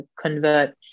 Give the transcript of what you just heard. convert